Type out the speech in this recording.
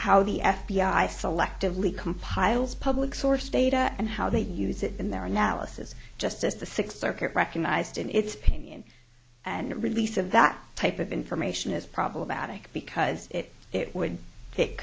how the f b i selectively compiles public source data and how they use it in their analysis just as the sixth circuit recognized in its opinion and release of that type of information is problematic because it would take